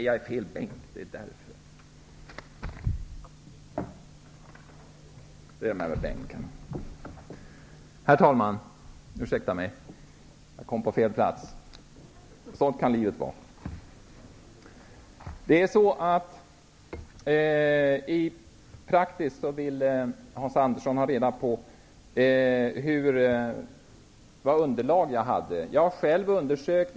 Jag står tydligen i fel bänk. Ursäkta mig. Jag kom på fel plats, men sådant kan livet vara. Hans Andersson ville ha reda på vilket underlag jag hade. Jag har själv gjort undersökningar.